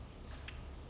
mm mm